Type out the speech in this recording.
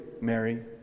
Mary